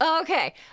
Okay